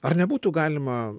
ar nebūtų galima